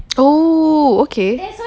oh okay